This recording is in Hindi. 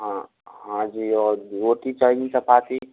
हाँ हाँ जी और रोटी चाहिए चपाती